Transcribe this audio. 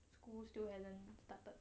school still hasn't started